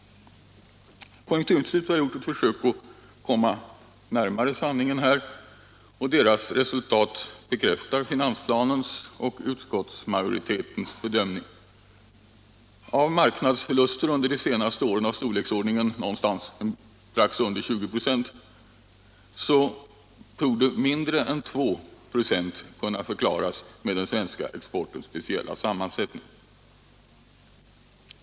Konjunkturinstitutet har närmare undersökt detta och kommit till ett resultat som bekräftar finansplanens och utskottsmajoritetens bedömning. Av marknadsförluster under de senaste åren i storleksordningen strax under 20 96 torde mindre än 2 96 kunna förklaras av den svenska exportens speciella sammansättning.